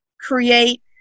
create